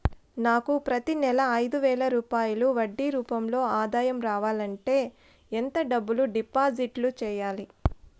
నాకు ప్రతి నెల ఐదు వేల రూపాయలు వడ్డీ రూపం లో ఆదాయం రావాలంటే ఎంత డబ్బులు డిపాజిట్లు సెయ్యాలి?